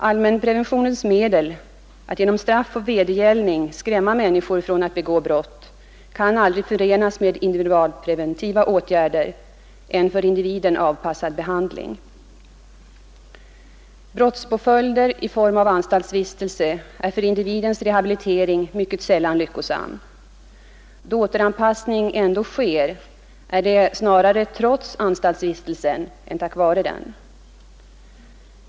Allmänpreventionens medel — att genom straff och vedergäll SE till kriminalvården ning skrämma människor från att begå brott — kan aldrig förenas med individualpreventiva åtgärder, en för individen avpassad behandling. Brottspåföljder i form av anstaltsvistelse är för individens rehabilitering mycket sällan lyckosamma. Då återanpassning ändå sker, är det snarare tros anstaltsvistelsen än tack vare den.